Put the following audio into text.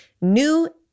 New